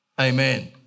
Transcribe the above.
amen